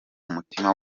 umutima